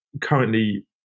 currently